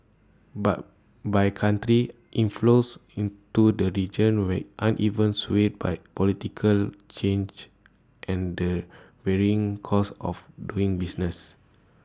but by country inflows into the region way uneven swayed by political change and the varying costs of doing business